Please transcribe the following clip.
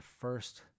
first